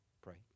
Pray